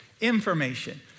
Information